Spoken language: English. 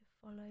follow